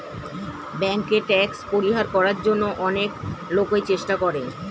ব্যাংকে ট্যাক্স পরিহার করার জন্য অনেক লোকই চেষ্টা করে